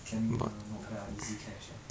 can lah not bad lah easy cash ah